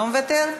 לא מוותר?